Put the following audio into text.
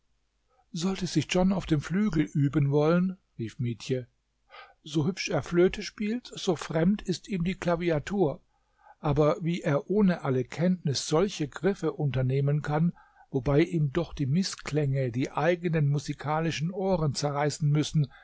sollte sich john auf dem flügel üben wollen rief mietje so hübsch er flöte spielt so fremd ist ihm die klaviatur aber wie er ohne alle kenntnis solche griffe unternehmen kann wobei ihm doch die mißklänge die eigenen musikalischen ohren zerreißen müssen